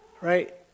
Right